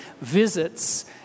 visits